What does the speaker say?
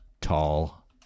tall